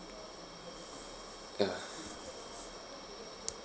ya